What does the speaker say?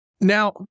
Now